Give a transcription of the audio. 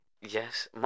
Yes